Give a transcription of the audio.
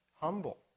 humble